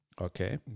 Okay